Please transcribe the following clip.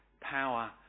power